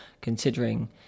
Considering